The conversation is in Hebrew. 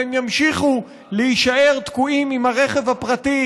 והם ימשיכו להישאר תקועים עם הרכב הפרטי